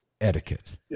Etiquette